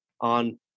on